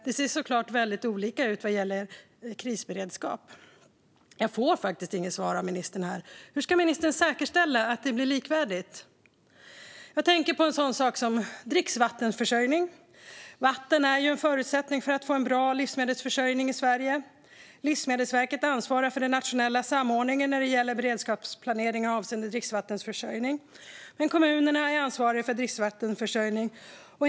Det ser såklart väldigt olika ut vad gäller krisberedskap. Jag får faktiskt inget svar av ministern här. Hur ska ministern säkerställa att det blir likvärdigt? Jag tänker på en sådan sak som dricksvattenförsörjning. Vatten är ju en förutsättning för att få en bra livsmedelsförsörjning i Sverige. Livsmedelsverket ansvarar för den nationella samordningen när det gäller beredskapsplanering avseende dricksvattenförsörjning, men kommunerna är ansvariga för dricksvattenförsörjningen.